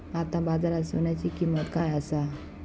आता बाजारात सोन्याची किंमत काय असा?